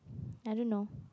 I don't know